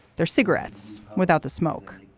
their cigarettes without the smoke.